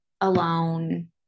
alone